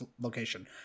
location